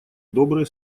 добрые